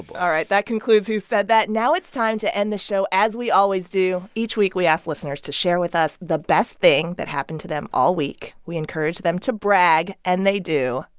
all right, that concludes who said that. now, it's time to end the show as we always do. each week, we ask listeners to share with us the best thing that happened to them all week. we encourage them to brag, and they do.